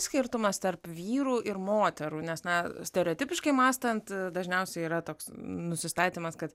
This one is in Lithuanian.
skirtumas tarp vyrų ir moterų nes na stereotipiškai mąstant dažniausiai yra toks nusistatymas kad